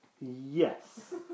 Yes